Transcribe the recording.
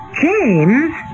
James